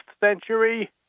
century